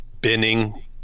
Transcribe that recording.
binning